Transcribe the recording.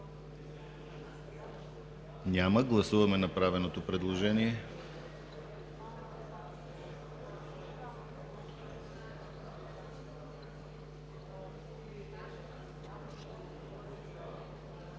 Няма. Гласуваме направеното предложение.